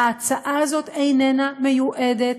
ההצעה הזאת איננה מיועדת